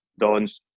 Don's